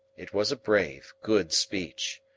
it was a brave, good speech,